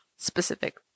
Specific